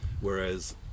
Whereas